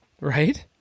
Right